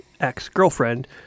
ex-girlfriend